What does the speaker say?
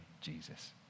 Jesus